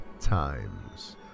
times